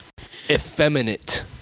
effeminate